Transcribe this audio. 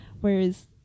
Whereas